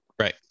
right